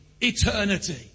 eternity